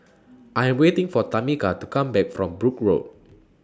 I Am waiting For Tameka to Come Back from Brooke Road